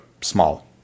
small